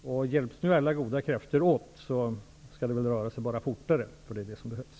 Om nu alla goda krafter hjälps åt, skall det väl röra sig än fortare, och det behövs.